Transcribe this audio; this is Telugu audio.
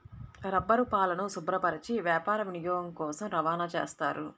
రబ్బరుపాలను శుభ్రపరచి వ్యాపార వినియోగం కోసం రవాణా చేస్తారు